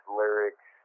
lyrics